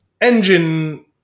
engine